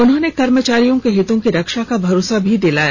उन्होंने कर्मचारियों के हितों की रक्षा का भरोसा भी दिलाया